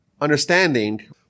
understanding